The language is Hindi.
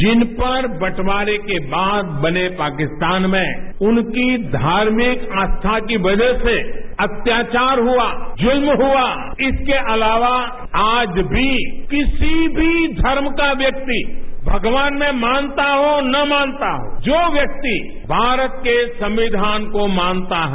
जिन पर बटवारे के बाद बने पाकिस्तान में उनकी धार्मिक आस्था की वजह से अत्याचार हआ जुल्म हआ इसके अलावा आज भी किसी भी धर्म का व्यक्ति भागवान में मानता हो ना मानता हो जो व्यक्ति भारत के संविधान को मानता है